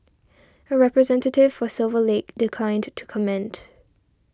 a representative for Silver Lake declined to comment